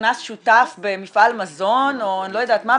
נכנס שותף במפעל מזון או אני לא יודעת מה,